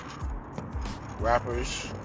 rappers